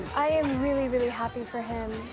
i am really really happy for him.